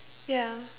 ya